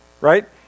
right